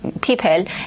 people